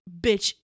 bitch